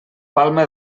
palma